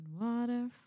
water